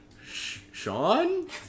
Sean